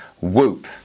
whoop